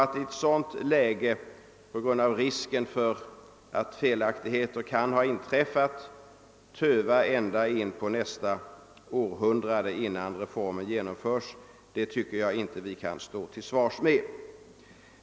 Att i ett sådan läge, på grund av risk för att felaktigheter kan ha inträffat, töva ända till nästa århundrade med reformens genomförande kan vi enligt min mening inte stå till svars för.